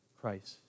Christ